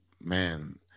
man